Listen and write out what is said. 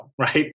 right